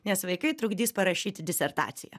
nes vaikai trukdys parašyti disertaciją